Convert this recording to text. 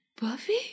Buffy